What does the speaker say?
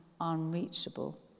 unreachable